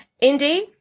Indy